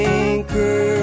anchor